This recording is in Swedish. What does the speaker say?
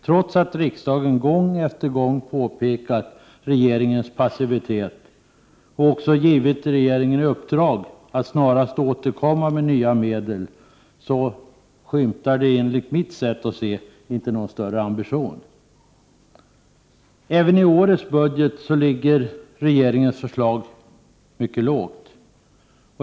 Trots att riksdagen gång efter annan påtalat regeringens passivitet och även givit regeringen i uppdrag att snarast återkomma med nya medel, skymtar inte någon större ambition. Även i årets budget ligger regeringens förslag mycket lågt.